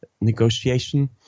negotiation